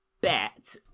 bet